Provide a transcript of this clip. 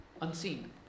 unseen